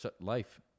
life